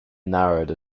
narrowed